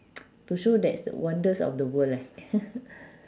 to show that's wonders of the world eh